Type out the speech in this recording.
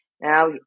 Now